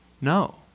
No